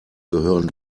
gehören